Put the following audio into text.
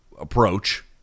approach